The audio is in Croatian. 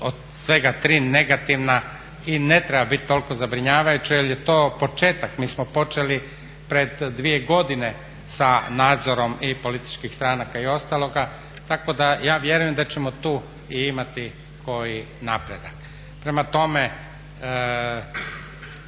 svega tri negativna i ne treba biti tako zabrinjavajuće jer je to početak. Mi smo počeli pred dvije godine sa nadzorom i političkih stranaka i ostaloga, tako da ja vjerujem da ćemo tu i imati koji napredak.